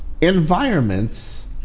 environments